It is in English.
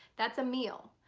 that's a meal.